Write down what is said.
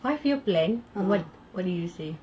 five year plan on what what did you say